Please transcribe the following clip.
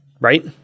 Right